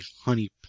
honey